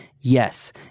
Yes